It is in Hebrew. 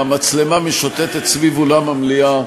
אלא המצלמה משוטטת סביב אולם המליאה,